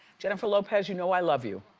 jennifer lopez, you know, i love you.